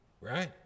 right